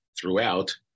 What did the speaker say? throughout